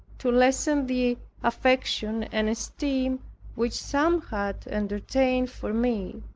to lessen the affection and esteem which some had entertained for me.